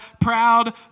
proud